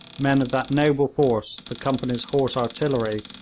men of that noble force the company's horse-artillery,